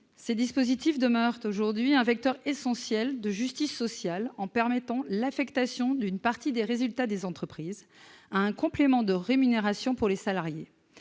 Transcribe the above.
demi-siècle. Ils demeurent aujourd'hui un vecteur essentiel de justice sociale, en permettant l'affectation d'une partie des résultats des entreprises à un complément de rémunération pour les salariés.